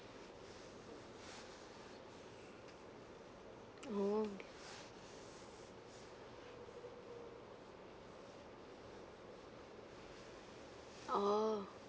oh oh